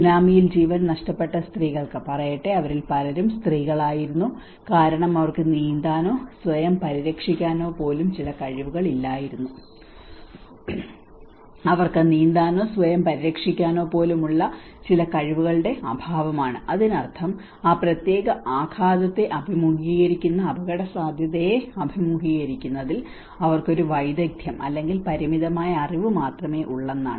സുനാമിയിൽ ജീവൻ നഷ്ടപ്പെട്ട സ്ത്രീകൾക്ക് പറയട്ടെ അവരിൽ പലരും സ്ത്രീകളായിരുന്നു കാരണം അവർക്ക് നീന്താനോ സ്വയം പരിരക്ഷിക്കാനോ പോലും ചില കഴിവുകൾ ഇല്ലായിരുന്നു അവർക്ക് നീന്താനോ സ്വയം പരിരക്ഷിക്കാനോ പോലും ചില കഴിവുകളുടെ അഭാവമാണ് അതിനർത്ഥം ആ പ്രത്യേക ആഘാതത്തെ അഭിമുഖീകരിക്കുന്ന അപകടസാധ്യതയെ അഭിമുഖീകരിക്കുന്നതിൽ അവർക്ക് ഒരു വൈദഗ്ദ്ധ്യം അല്ലെങ്കിൽ പരിമിതമായ അറിവ് മാത്രമേ ഉള്ളെന്നാണ്